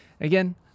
Again